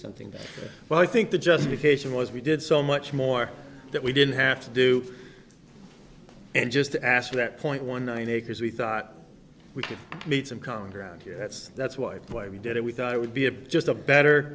something that well i think the justification was we did so much more that we didn't have to do and just to ask that point one nine acres we thought we could meet some common ground here that's that's why why we did it we thought it would be a just a better